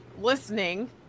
listening